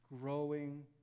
growing